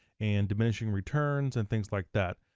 and diminishing returns, and things like that.